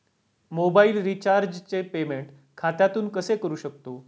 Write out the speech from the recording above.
Mobile रिचार्जचे payment खात्यातून कसे करू शकतो?